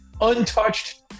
untouched